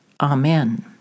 Amen